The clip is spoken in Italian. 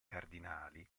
cardinali